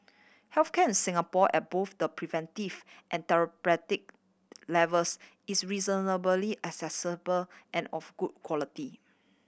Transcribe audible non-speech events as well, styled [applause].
health care in Singapore at both the preventive and [unintelligible] levels is reasonably accessible and of good quality